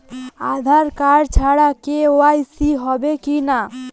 আধার card ছাড়া KYC হবে কিনা?